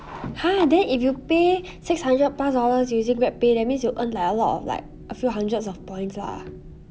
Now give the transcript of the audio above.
!huh! then if you pay six hundred plus dollars using GrabPay that means you earn like a lot of like a few hundreds of points lah